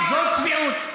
זאת צביעות.